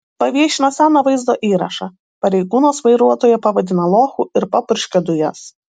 paviešino seną vaizdo įrašą pareigūnas vairuotoją pavadina lochu ir papurškia dujas